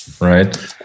right